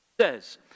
says